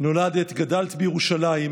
נולדת וגדלת בירושלים,